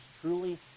truly